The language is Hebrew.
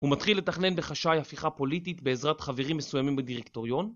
הוא מתחיל לתכנן בחשאי הפיכה פוליטית בעזרת חברים מסוימים בדירקטוריון